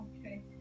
okay